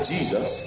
Jesus